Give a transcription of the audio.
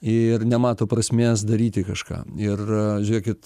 ir nemato prasmės daryti kažką ir žiūrėkit